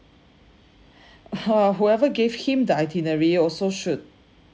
whoever gave him the itinerary also should